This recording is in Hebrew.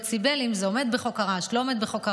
בדציבלים אם זה עומד בחוק הרעש או לא עומד בחוק הרעש.